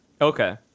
Okay